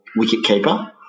wicketkeeper